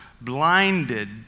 blinded